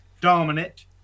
dominant